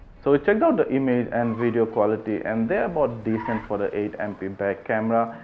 so we checked out the image and video quality and they are about decent for the eight mp back camera.